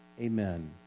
Amen